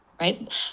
Right